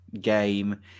game